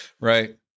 Right